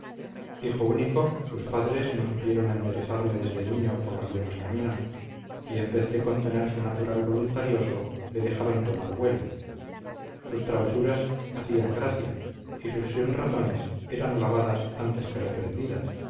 hijo único sus padres no supieron enderezarle desde niño por los buenos caminos y en vez de contener su natural voluntarioso le dejaron tomar vuelo sus travesuras hacían gracia y sus sinrazones eran alabadas antes que reprendidas